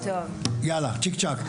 יאללה צ'יק צק,